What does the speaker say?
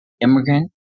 immigrant